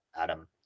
Adam